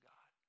God